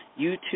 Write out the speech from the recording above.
YouTube